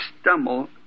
stumble